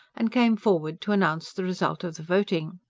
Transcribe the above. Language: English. and came forward to announce the result of the voting